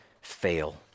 fail